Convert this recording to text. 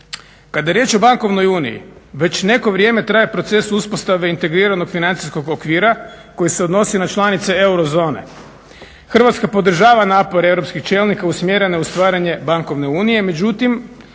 Kada je riječ o bankovnoj uniji, već neko vrijeme traje proces uspostave integriranog financijskog okvira koji se odnosi na članice eurozone. Hrvatska podržava napore europskih čelnika usmjerene u stvaranje bankovne unije, međutim